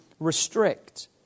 restrict